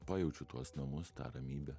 pajaučiu tuos namus tą ramybę